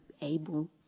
able